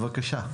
בבקשה.